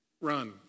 run